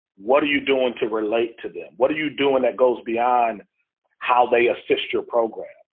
what are you doing to relate to them? what are you doing that goes beyond how they assist your program,